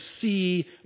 see